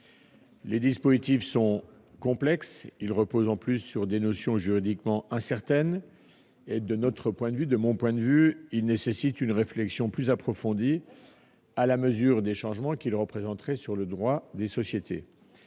Ces dispositifs sont complexes. En outre, ils reposent sur des notions juridiquement incertaines. Dès lors, de mon point de vue, ils nécessitent une réflexion plus approfondie, à la mesure des changements qu'ils représenteraient pour le droit des sociétés.